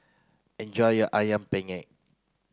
enjoy your Ayam Penyet